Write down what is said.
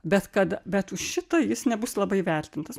bet kad bet už šitą jis nebus labai vertintas